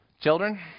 Children